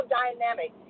dynamic